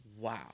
wow